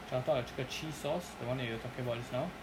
讲到了这个 cheese sauce the one that you were talking about just now